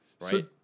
Right